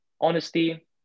honesty